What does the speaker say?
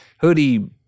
Hoodie